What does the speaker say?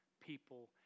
people